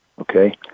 Okay